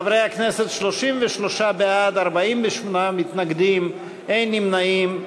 חברי הכנסת, 33 בעד, 48 מתנגדים, אין נמנעים.